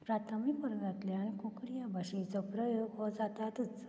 प्राथमीक वर्गांतल्यान कोंकणी ह्या भाशेचो प्रयोग हो जातातच